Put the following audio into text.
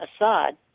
Assad